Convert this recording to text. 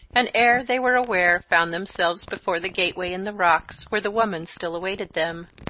and ere they were aware found themselves before the gateway in the rocks, where the woman still awaited them.